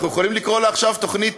אנחנו יכולים לקרוא לה עכשיו תוכנית